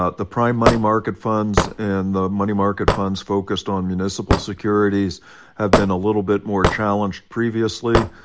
ah the prime money market funds, and the money market funds focused on municipal securities have been a little bit more challenged, previously,